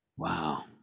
Wow